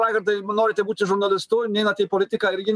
raigardai jeigu norite būti žurnalistu neinate į politiką irgi